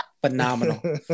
phenomenal